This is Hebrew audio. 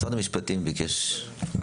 משרד המשפטים ביקש.